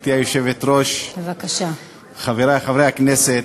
גברתי היושבת-ראש, חברי חברי הכנסת,